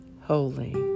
Holy